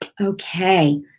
Okay